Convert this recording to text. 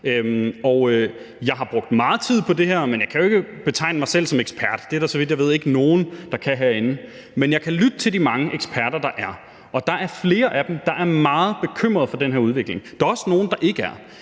jeg har brugt meget tid på det her, men jeg kan jo ikke betegne mig selv som ekspert. Det er der, så vidt jeg ved, ikke nogen der kan herinde, men jeg kan lytte til de mange eksperter, der er. Og der er flere af dem, der er meget bekymret for den her udvikling. Der er også nogle, der ikke er.